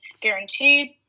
guaranteed